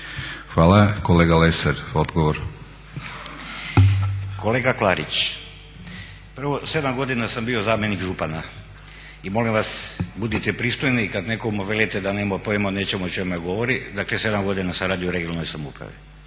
Stranka rada)** Kolega Klarić, prvo 7 godina sam bio zamjenik župana i molim vas budite pristojni i kad nekomu velite da nema pojma o nečemu o čemu govori, dakle 7 godina sam radio u regionalnom samoupravi.